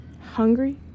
Hungry